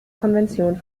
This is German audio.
konvention